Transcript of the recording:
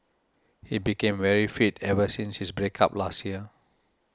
he became very fit ever since his break up last year